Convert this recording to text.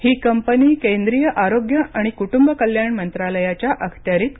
ही company केंद्रिय आरोग्य आणि कुटुंब कल्याण मंत्रालयाच्या अखत्यारित काम करते